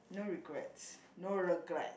no regrets no regret